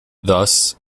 thus